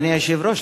אדוני היושב-ראש,